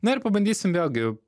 na ir pabandysim vėlgi